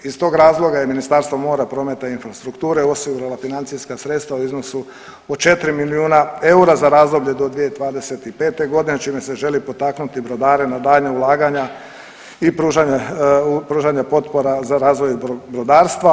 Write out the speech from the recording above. Iz tog razloga je Ministarstvo mora, prometa i infrastrukture osigurala financijska sredstva u iznosu od 4 milijuna eura za razdoblje do 2025. g., čime se želi potaknuti brodare na daljnja ulaganja i pružanja potpora za razvoj brodarstva.